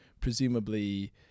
presumably